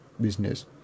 business